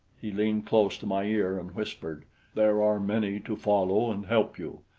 he leaned close to my ear and whispered there are many to follow and help you.